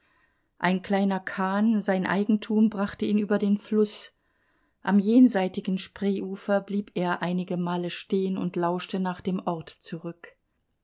ein kleiner kahn sein eigentum brachte ihn über den fluß am jenseitigen spreeufer blieb er einige male stehen und lauschte nach dem ort zurück